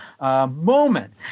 moment